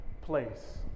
place